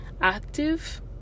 active